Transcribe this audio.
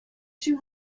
two